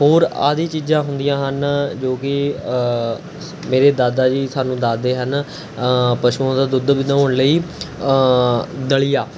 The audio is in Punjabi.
ਹੋਰ ਆਦਿ ਚੀਜ਼ਾਂ ਹੁੰਦੀਆਂ ਹਨ ਜੋ ਕਿ ਮੇਰੇ ਦਾਦਾ ਜੀ ਸਾਨੂੰ ਦੱਸਦੇ ਹਨ ਪਸ਼ੂਆਂ ਦਾ ਦੁੱਧ ਵਧਾਉਣ ਲਈ ਦਲ਼ੀਆ